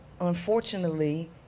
unfortunately